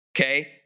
okay